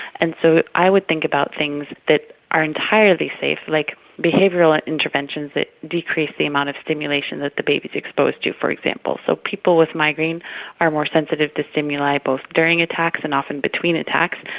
and so i would think about things that are entirely safe, like behavioural ah interventions that decrease the amount of stimulation that the baby is exposed to, for example. so people with migraine are more sensitive to stimuli both during attacks and often between attacks,